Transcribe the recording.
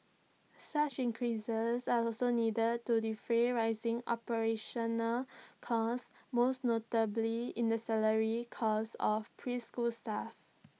such increases are also needed to defray rising operational costs most notably in the salary costs of preschool staff